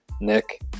Nick